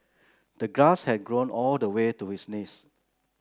the grass had grown all the way to his knees